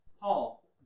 Paul